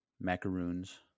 macaroons